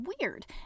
weird